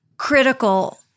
critical